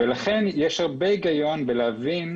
לכן יש הרבה היגיון לעשות